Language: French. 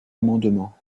amendement